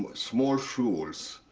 ah small shuls.